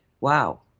Wow